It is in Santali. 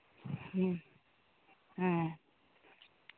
ᱦᱮᱸ ᱦᱮᱸ